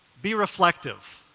be reflective,